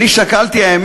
והאמת ששקלתי,